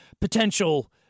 potential